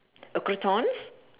uh croutons